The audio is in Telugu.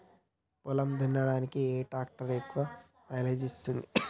పొలం దున్నడానికి ఏ ట్రాక్టర్ ఎక్కువ మైలేజ్ ఇస్తుంది?